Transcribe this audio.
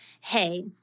Hey